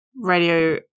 radio